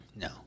No